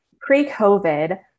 Pre-COVID